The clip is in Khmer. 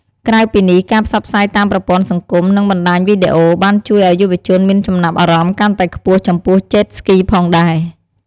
ក្រៅពីនេះ ការផ្សព្វផ្សាយតាមប្រព័ន្ធសង្គម និងបណ្តាញវីដេអូ បានជួយឲ្យយុវជនមានចំណាប់អារម្មណ៍កាន់តែខ្ពស់ចំពោះ Jet Skiផងដែរ ។